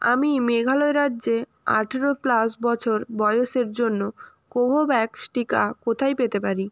আমি মেঘালয় রাজ্যে আঠেরো প্লাস বছর বয়সের জন্য কোভোভ্যাক্স টিকা কোথায় পেতে পারি